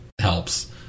helps